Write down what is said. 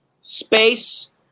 space